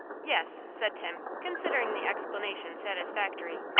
yes, said tim, considering the explanation satisfactory,